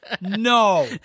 no